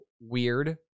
weird